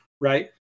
right